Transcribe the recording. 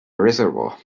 reservoir